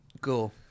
Cool